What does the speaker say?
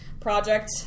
Project